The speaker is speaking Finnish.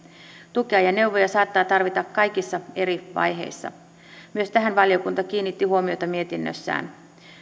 tukea ja neuvoja saattaa tarvita kaikissa eri vaiheissa myös tähän valiokunta kiinnitti huomiota mietinnössään